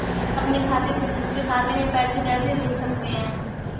अपने खाते से दूसरे खाते में पैसे कैसे भेज सकते हैं?